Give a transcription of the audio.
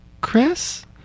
Chris